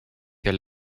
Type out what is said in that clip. der